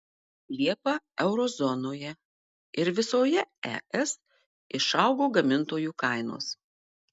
liepą euro zonoje ir visoje es išaugo gamintojų kainos